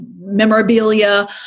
memorabilia